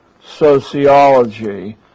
sociology